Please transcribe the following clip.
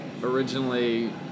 originally